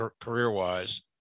career-wise